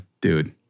dude